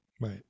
Right